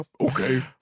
Okay